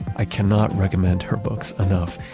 i cannot recommend her books enough.